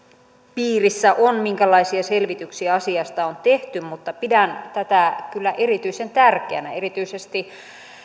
piirissä on minkälaisia selvityksiä asiasta on tehty mutta pidän tätä kyllä erityisen tärkeänä erityisesti